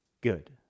good